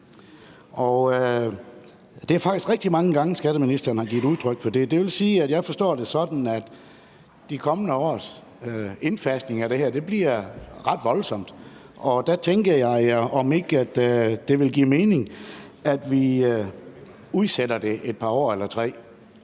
det er faktisk rigtig mange gange, skatteministeren har givet udtryk for det. Det vil sige, at jeg forstår det sådan, at de kommende års indfasning af det her bliver ret voldsomt, og der tænker jeg, om ikke det vil give mening, at vi udsætter det et par år eller tre.